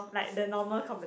like the normal competition